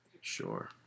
Sure